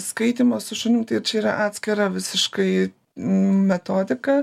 skaitymas su šunim tai čia yra atskira visiškai metodika